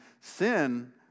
sin